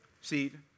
seed